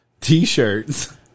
T-shirts